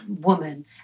woman